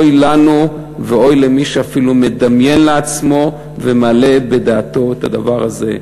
אוי לנו ואוי למי שאפילו מדמיין לעצמו ומעלה בדעתו את הדבר הזה.